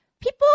People